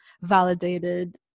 validated